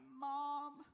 mom